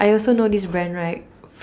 I also know this brand right